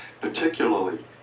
particularly